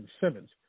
Simmons